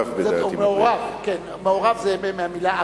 ומעורב בדעת עם הבריות.